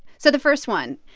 so the first one